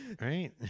Right